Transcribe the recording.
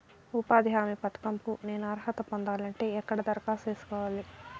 ఉపాధి హామీ పథకం కు నేను అర్హత పొందాలంటే ఎక్కడ దరఖాస్తు సేసుకోవాలి?